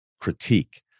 critique